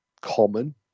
Common